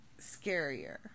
scarier